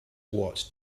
watt